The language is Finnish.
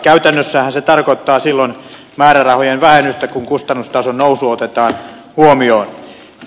käytännössähän se tarkoittaa silloin määrärahojen vähennystä kun kustannustason nousu otetaan huomioon